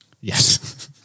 Yes